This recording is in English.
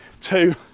two